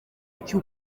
icyo